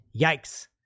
Yikes